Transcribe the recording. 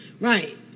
Right